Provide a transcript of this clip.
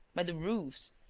by the roofs,